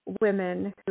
women